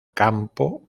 campo